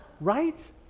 Right